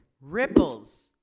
ripples